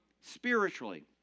spiritually